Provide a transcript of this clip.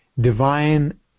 divine